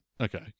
Okay